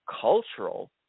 cultural